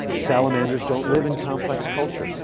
salamanders don't live in complex cultures.